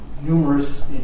numerous